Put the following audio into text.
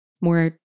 more